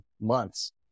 months